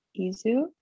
Izu